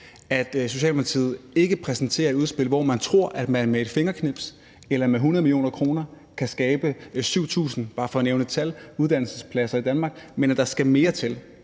at Socialdemokratiet ikke præsenterer et udspil, hvor man tror, at man med et fingerknips eller med 100 mio. kr. kan skabe 7.000 – bare for at nævne et tal – uddannelsespladser i Danmark, men at der skal mere til,